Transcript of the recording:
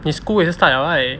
你 school 也是 start liao right